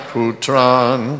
Putran